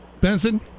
Benson